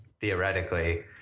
theoretically